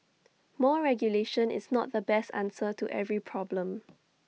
more regulation is not the best answer to every problem